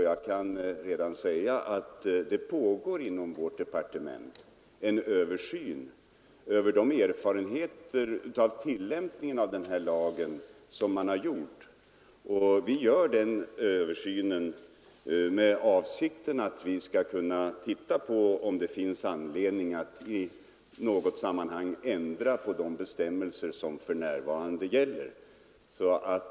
Jag kan redan nu säga att det pågår inom jordbruksdepartementet en översyn på grundval av erfarenheterna av tillämpningen av den nya lagen. I samband med denna översyn kommer vi att pröva om det finns anledning att i något sammanhang ändra på de bestämmelser som för närvarande gäller.